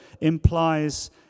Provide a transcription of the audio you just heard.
implies